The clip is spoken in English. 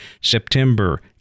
September